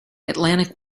atlantic